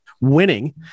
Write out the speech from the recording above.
winning